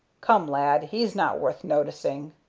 come, lad, he's not worth noticing,